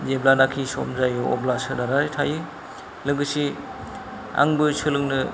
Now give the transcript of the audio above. जेब्लानाखि सम जायो अब्ला सोनारना थायो लोगोसे आंबो सोलोंनो